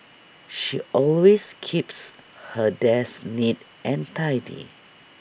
she always keeps her desk neat and tidy